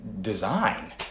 design